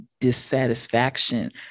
dissatisfaction